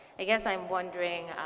i guess i'm wondering,